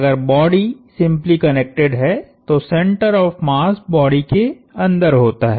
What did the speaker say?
अगर body simply connected है तो सेंटर ऑफ़ मास बॉडी के अंदर होता है